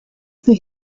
for